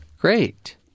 Great